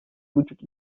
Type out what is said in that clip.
buçuk